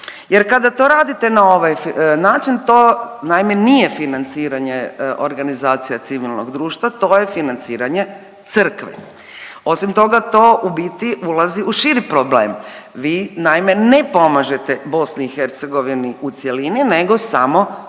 Jer kada to radite na ovaj način to naime nije financiranje organizacija civilnog društva, to je financiranje crkve. Osim toga to u biti ulazi u širi problem, vi naime ne pomažete BiH u cjelini nego samo Hrvatima